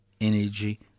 energy